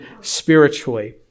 spiritually